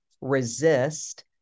resist